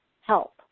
help